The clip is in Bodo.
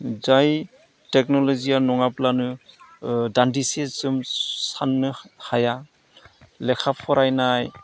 जाय टेक्नल'जिया नङाब्लानो दानदिसे जों साननो हाया लेखा फरायनाय